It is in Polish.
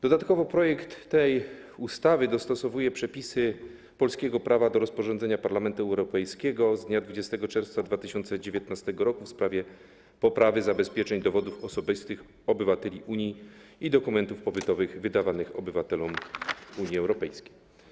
Dodatkowo projekt tej ustawy dostosowuje przepisy polskiego prawa do rozporządzenia Parlamentu Europejskiego z dnia 20 czerwca 2019 r. w sprawie poprawy zabezpieczeń dowodów osobistych obywateli Unii i dokumentów pobytowych wydawanych obywatelom Unii Europejskiej.